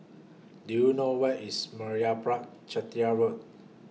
Do YOU know Where IS Meyappa Chettiar Road